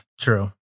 true